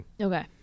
Okay